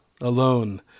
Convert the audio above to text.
Alone